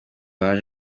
baje